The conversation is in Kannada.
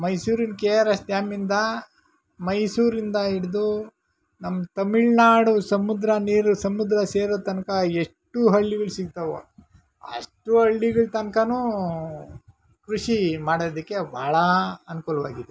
ಮೈಸೂರಿನ ಕೆ ಆರ್ ಎಸ್ ಡ್ಯಾಮ್ನಿಂದ ಮೈಸೂರಿಂದ ಹಿಡಿದು ನಮ್ಮ ತಮಿಳ್ನಾಡು ಸಮುದ್ರ ನೀರು ಸಮುದ್ರ ಸೇರೊ ತನಕ ಎಷ್ಟು ಹಳ್ಳಿಗಳು ಸಿಗ್ತವೋ ಅಷ್ಟು ಹಳ್ಳಿಗಳ ತನಕನೂ ಕೃಷಿ ಮಾಡೋದಕ್ಕೆ ಭಾಳ ಅನುಕೂಲವಾಗಿದೆ